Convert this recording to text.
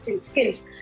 skills